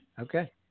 Okay